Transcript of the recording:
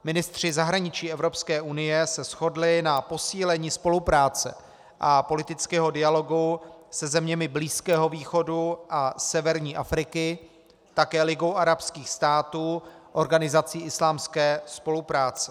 Ministři zahraničí Evropské unie se shodli na posílení spolupráce a politického dialogu se zeměmi Blízkého východu a severní Afriky, také Ligou arabských států, Organizací islámské spolupráce.